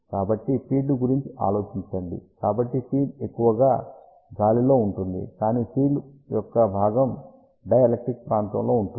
కాబట్టి ఫీల్డ్ గురించి ఆలోచించండి కాబట్టి ఫీల్డ్ ఎక్కువగా గాలిలో ఉంటుంది కానీ ఫీల్డ్ యొక్క భాగం డైఎలక్ట్రిక్ ప్రాంతంలో ఉంటుంది